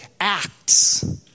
acts